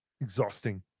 Exhausting